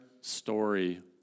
story